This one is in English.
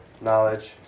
knowledge